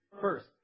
First